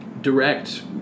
direct